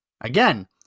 again